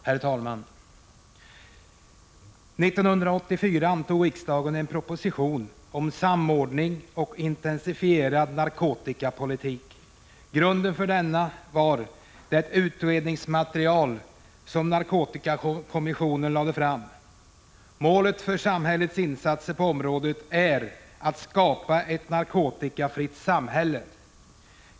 Herr talman! Riksdagen antog 1984 en proposition om samordnad och intensifierad narkotikapolitik. Grunden för denna var det utredningsmaterial som narkotikakommissionen lagt fram. Målet för samhällets insatser på området är att skapa ett narkotikafritt samhälle.